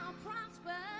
prospal